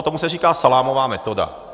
Tomu se říká salámová metoda.